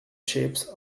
chips